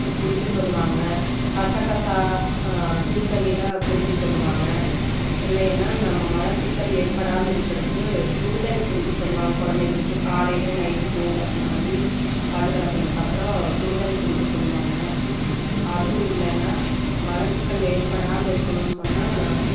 குடிக்க சொல்லுவாங்க கசகசா சூடு தண்ணியில குடிக்க சொல்லுவாங்க இல்லையன்னா நம்ம மலச்சிக்கல் ஏற்படாமல் இருக்குறக்கு சூடு தண்ணி குடிக்க சொல்லுவாங்க குழந்தைகளுக்கு காலையில நைட்டு தூங்கறதுக்கு முன்னாடி பல்லு விளக்கனதுக்கு அப்புறோம் சூடு தண்ணி குடிக்க சொல்லுவாங்க அதும் இல்லைன்னா மலச்சிக்கல் ஏற்படாமல் இருக்கணுன்னு சொன்னால்